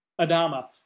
Adama